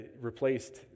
replaced